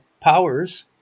powers